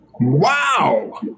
wow